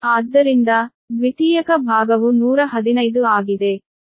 ಆದ್ದರಿಂದ ದ್ವಿತೀಯಕ ಭಾಗವು 115 ಆಗಿದೆ